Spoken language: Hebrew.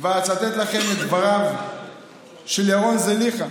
אצטט לכם את דבריו של ירון זליכה,